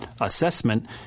assessment